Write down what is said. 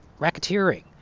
racketeering